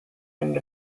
end